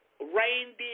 reindeer